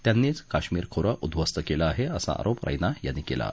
त्यांनीच काश्मिर खोरं उध्वस्त केलं आहे असा आरोप रैना यांनी केला आहे